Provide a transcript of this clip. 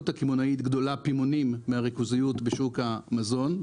הקמעונאית גדולה פי מונים מהריכוזיות בשוק המזון,